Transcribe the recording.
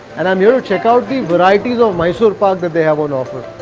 and i'm here to check out the varieties of mysore pak that they have on offer.